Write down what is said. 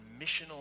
missional